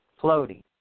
floating